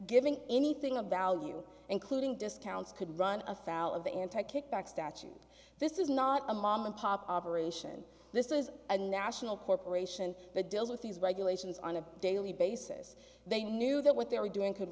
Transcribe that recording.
giving anything of value including discounts could run afoul of the anti kickback statute this is not a mom and pop operation this is a national corporation that deals with these regulations on a daily basis they knew that what they were doing could